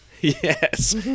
Yes